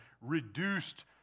reduced